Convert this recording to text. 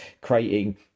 creating